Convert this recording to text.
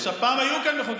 עכשיו, פעם היו כאן מחוקקים.